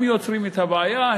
הם יוצרים את הבעיה,